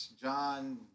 John